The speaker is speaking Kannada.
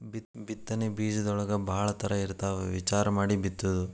ಬಿತ್ತನೆ ಬೇಜದೊಳಗೂ ಭಾಳ ತರಾ ಇರ್ತಾವ ವಿಚಾರಾ ಮಾಡಿ ಬಿತ್ತುದು